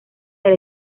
del